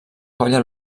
colla